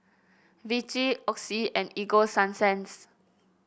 Vichy Oxy and Ego Sunsense